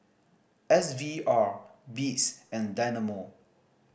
S V R Beats and Dynamo